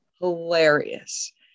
hilarious